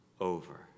over